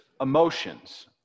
emotions